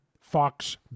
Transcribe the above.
Fox